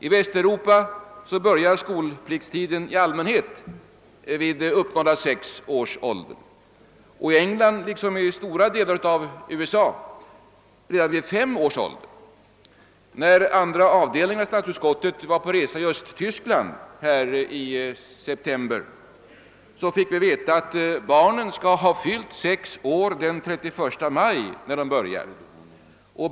I Västeuropa börjar skolplikten i allmänhet då barnet uppnått sex års ålder, i England liksom i stora delar av USA vid fem års ålder. När andra avdelningen av statsutskottet var på resa i Östtyskland i september i år fick vi veta att barnen där skall ha fyllt sex år den 31 maj för att få börja.